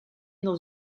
dans